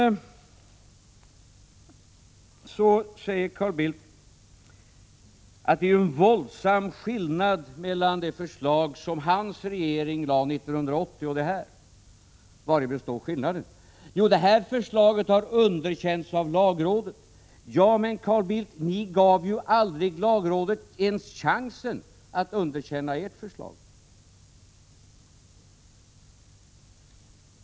Vidare säger Carl Bildt att det är en våldsam skillnad mellan det förslag som hans regering lade fram 1980 och det här. Vari består skillnaden? Jo, i att det här förslaget har underkänts av lagrådet. Ja, men, Carl Bildt, ni gav ju aldrig lagrådet ens chansen att underkänna ert förslag.